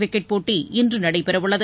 cricket போட்டிஇன்றுநடைபெறஉள்ளது